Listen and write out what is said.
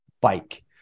bike